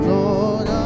Lord